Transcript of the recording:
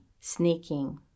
sneaking